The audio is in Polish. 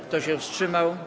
Kto się wstrzymał?